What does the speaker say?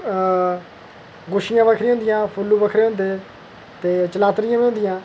गुच्छियां बक्खरियां होंदियां फुल्लु बक्खरे होंंदे ते चनातरियां बी होंदियां